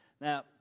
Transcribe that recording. Now